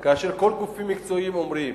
כל הגופים המקצועיים אומרים